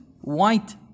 white